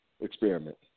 experiment